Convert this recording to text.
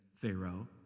Pharaoh